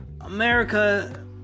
America